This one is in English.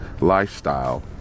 lifestyle